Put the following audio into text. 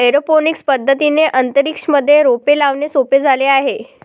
aeroponics पद्धतीने अंतरिक्ष मध्ये रोपे लावणे सोपे झाले आहे